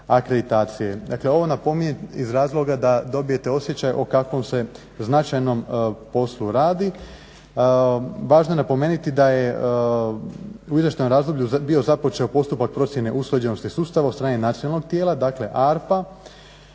Dakle ovo napominjem iz razloga da dobijete osjećaj o kakvom se značajnom poslu radi. Važno je napomenuti da je u izvještajnom razdoblju bio započeo postupak procjene usklađenosti sustava od strane nacionalnog tijela, dakle ARPA.